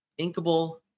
inkable